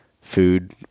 food